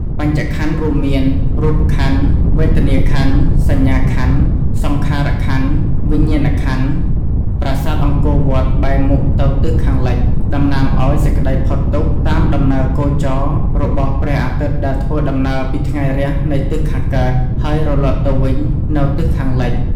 បញ្ចក្ខន្ធរួមមាន៖ រូបក្ខន្ធ , វេទនាក្ខន្ធ , សញ្ញាក្ខន្ធ , សង្ខារក្ខន្ធ , វិញ្ញាណក្ខន្ធ ប្រាសាទ អង្គរវត្ត បែរមុខទៅទិសខាងលិច តំណាងឱ្យសេចក្ដីផុតទុក្ខ តាមដំណើរគោចរណ៍ របស់ព្រះអាទិត្យដែលធ្វើដំណើរពីថ្ងៃរះនៃទិសខាងកើត ហើយរលត់ទៅវិញនៅទិសខាងលិច ។